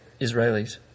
Israelis